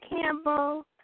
Campbell